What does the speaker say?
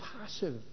passive